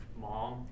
mom